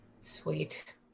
Sweet